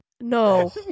No